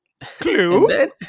Clue